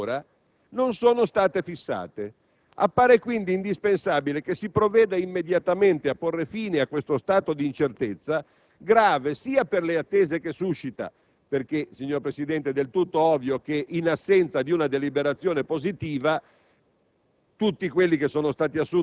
Le nuove regole, da allora, non sono state fissate. Appare, quindi, indispensabile che si provveda immediatamente a porre fine a questo stato di incertezza, grave sia per le attese che suscita (è del tutto ovvio che in assenza di una deliberazione positiva